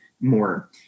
more